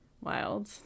wild